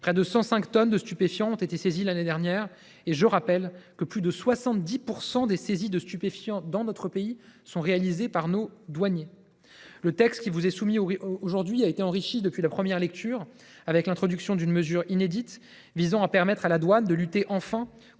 près de 105 tonnes de stupéfiants ont été saisies l’année dernière. Je rappelle d’ailleurs que plus de 70 % de ces saisies sont faites par nos douaniers. Le texte qui vous est soumis aujourd’hui a été enrichi depuis la première lecture, avec l’introduction d’une mesure inédite visant à permettre à la douane de lutter enfin contre